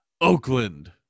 Oakland